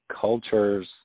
culture's